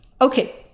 Okay